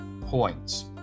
points